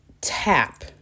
tap